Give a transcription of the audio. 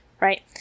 right